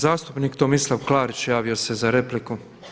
Zastupnik Tomislav Klarić javio se za repliku.